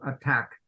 attack